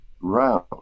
round